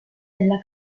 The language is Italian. della